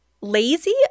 lazy